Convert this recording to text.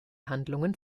handlungen